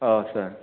औ सार